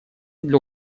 для